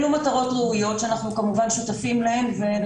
אלו מטרות ראויות שאנחנו כמובן שותפים להן ואני